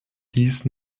dies